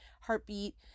heartbeat